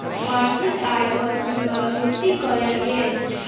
वार्षिक आय पर हुनकर नियुक्ति कयल गेल